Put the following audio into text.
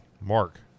Mark